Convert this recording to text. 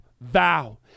vow